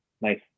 nice